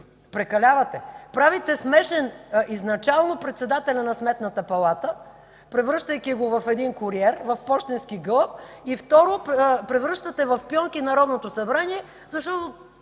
Прекалявате! Правите смешен изначално председателя на Сметната палата, превръщайки го в един куриер, в пощенски гълъб и, второ, превръщате в пионки Народното събрание, защото